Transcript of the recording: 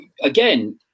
again